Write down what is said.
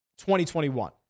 2021